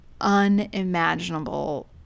unimaginable